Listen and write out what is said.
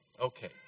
Okay